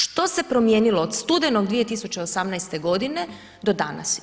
Što se promijenilo od studenog 2018. godine do danas?